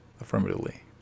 affirmatively